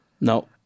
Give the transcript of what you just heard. No